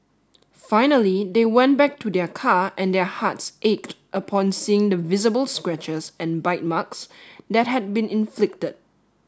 finally they went back to their car and their hearts ached upon seeing the visible scratches and bite marks that had been inflicted